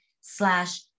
slash